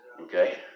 Okay